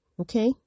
Okay